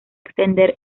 extender